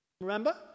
Remember